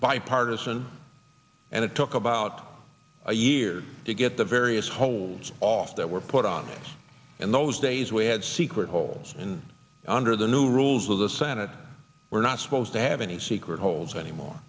bipartisan and it took about a year to get the various holds off that were put on this in those days we had secret holes and under the new rules of the senate we're not supposed to have any secret holds anymore